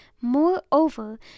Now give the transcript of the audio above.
Moreover